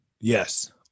Yes